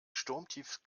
sturmtief